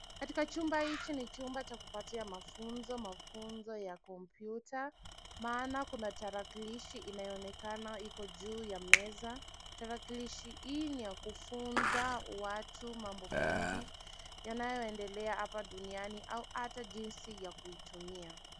Katika chumba hiki ni chumba cha kupatia mafunzo ya kompyuta maana kuna tarakilishi inayoonekana iko juu ya meza. Tarakilishi hii ni ya kufunza watu mambo mengi yanayoendelea hapa duniani au hata jinsi ya kuitumia.